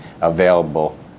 available